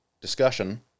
discussion